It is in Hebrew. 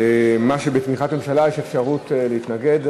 בתמיכת ממשלה יש אפשרות להתנגד,